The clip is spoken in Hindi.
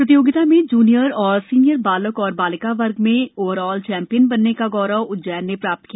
प्रतियोगिता में जूनियर और सीनियर बालक और बालिका वर्ग में ओवर ऑल चैम्पियन बनने का गौरव उज्जैन ने प्राप्त किया